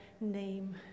name